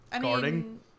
guarding